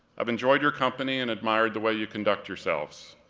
i've enjoyed your company and admired the way you conduct yourselves.